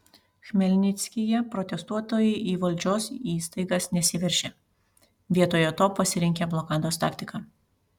chmelnickyje protestuotojai į valdžios įstaigas nesiveržė vietoje to pasirinkę blokados taktiką